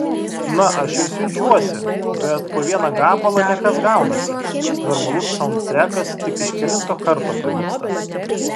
na aš ir siunčiuosi bet po vieną gabalą ne kas gaunasi normalus saundtrekas tik iš kelinto karto pavyksta